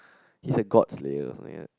he's a god slayer or something like that